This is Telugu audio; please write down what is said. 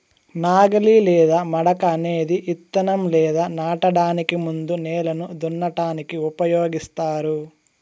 నాగలి లేదా మడక అనేది ఇత్తనం లేదా నాటడానికి ముందు నేలను దున్నటానికి ఉపయోగిస్తారు